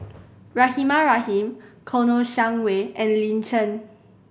Rahimah Rahim Kouo Shang Wei and Lin Chen